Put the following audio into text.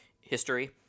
History